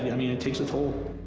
yeah mean it takes a toll.